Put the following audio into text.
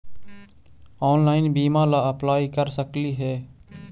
Online बीमा ला apply कर सकली हे?